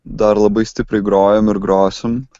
dar labai stipriai grojam ir grosim